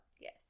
yes